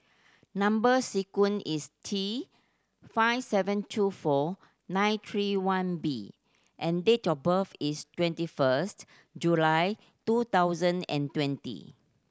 number sequence is T five seven two four nine three one B and date of birth is twenty first July two thousand and twenty